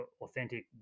authentic